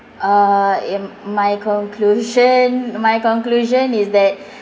uh eh my conclusion my conclusion is that